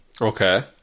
Okay